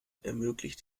ermöglicht